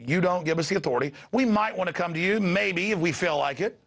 you don't give us the authority we might want to come to you maybe if we feel like it